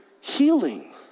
healing